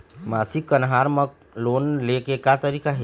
मासिक कन्हार म लोन ले के का तरीका हे?